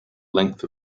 length